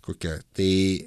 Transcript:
kokia tai